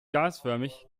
gasförmig